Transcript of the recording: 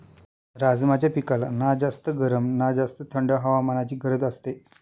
राजमाच्या पिकाला ना जास्त गरम ना जास्त थंड हवामानाची गरज असते